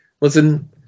Listen